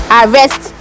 arrest